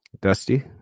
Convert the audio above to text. Dusty